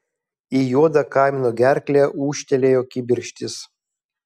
į juodą kamino gerklę ūžtelėjo kibirkštys